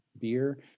beer